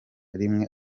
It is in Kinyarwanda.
rimwe